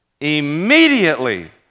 Immediately